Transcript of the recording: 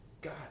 god